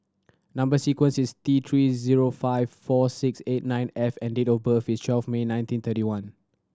number sequence is T Three zero five four six eight nine F and date of birth is twelve May nineteen thirty one